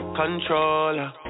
controller